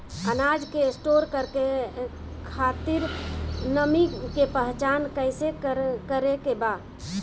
अनाज के स्टोर करके खातिर नमी के पहचान कैसे करेके बा?